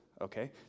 okay